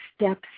steps